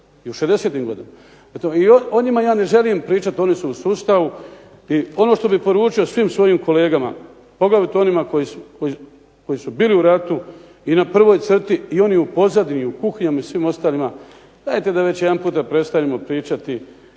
Prema tome, i o njima ja ne želim pričati. Oni su u sustavu i ono što bih poručio svim svojim kolegama poglavito onima koji su bili u ratu i na prvoj crti i oni u pozadini i u kuhinjama i u svim ostalima dajte da već jedanputa prestanemo pričati